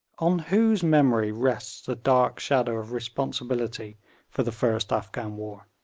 on whose memory rests the dark shadow of responsibility for the first afghan war?